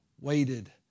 waited